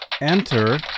enter